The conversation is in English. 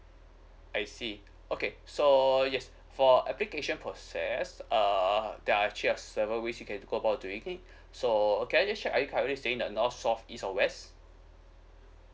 I see okay so yes for application process uh there are actually a sever which you can go about to so can I just check are you currently staying in north south east or west